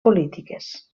polítiques